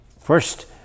First